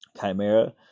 Chimera